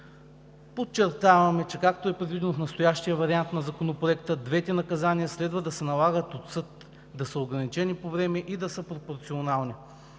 Подчертаваме, че – както е предвидено в настоящия вариант на Законопроекта, двете наказания следва да се налагат от съд, да са ограничени по време и да са пропорционални.